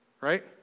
right